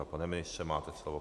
Pane ministře, máte slovo.